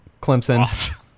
Clemson